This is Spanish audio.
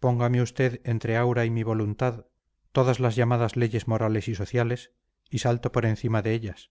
póngame usted entre aura y mi voluntad todas las llamadas leyes morales y sociales y salto por encima de ellas